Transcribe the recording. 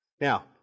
Now